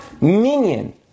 minion